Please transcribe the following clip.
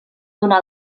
donar